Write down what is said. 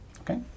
Okay